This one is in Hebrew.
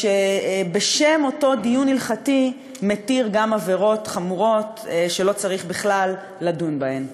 ושבשם אותו דיון הלכתי מתיר גם עבירות חמורות שלא צריך בכלל לדון בהן.